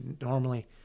normally